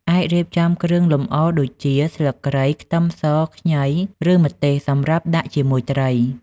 អាចរៀបចំគ្រឿងលម្អដូចជា ស្លឹកគ្រៃ ខ្ទឹមស ខ្ញី ឬម្ទេស សម្រាប់ដាក់ជាមួយត្រី។